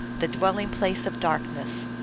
the dwelling place of darkness,